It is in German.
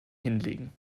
hinlegen